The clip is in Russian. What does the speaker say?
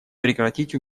прекратить